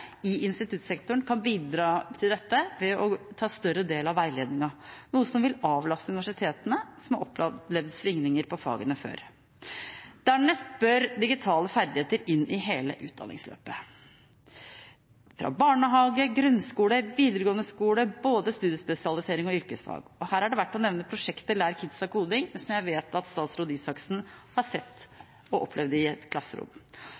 i instituttsektoren kan bidra til dette ved å ta større del av veiledningen, noe som vil avlaste universitetene, som har opplevd svingninger når det gjelder fagene før. Dernest bør digitale ferdigheter inn i hele utdanningsløpet – fra barnehage, grunnskole, videregående skole til både studiespesialisering og yrkesfag. Her er det verd å nevne prosjektet Lær Kidsa Koding, som jeg vet at statsråd Røe Isaksen har sett og opplevd i et klasserom.